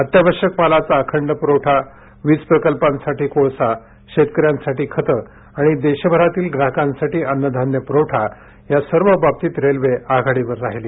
अत्यावश्यक मालाचा अखंड पुरवठा वीज प्रकल्पांसाठी कोळसा शेतक यांसाठी खतं किंवा देशभरातील ग्राहकांसाठी अन्नधान्य पुरवठा या सर्व बाबतीत रेल्वे आघाडीवर राहिली